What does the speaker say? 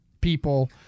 people